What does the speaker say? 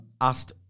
asked